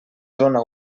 zona